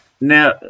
Now